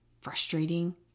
frustrating